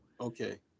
Okay